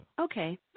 okay